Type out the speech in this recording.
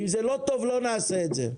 אם זה לא טוב, לא נעשה את זה.